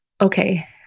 okay